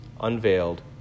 Unveiled